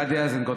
גדי איזנקוט,